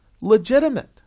legitimate